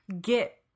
get